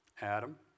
Adam